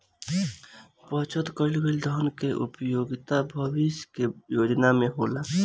बचत कईल गईल धन के उपयोगिता भविष्य के योजना में होला